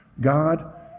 God